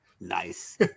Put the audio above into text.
Nice